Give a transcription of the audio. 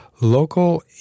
local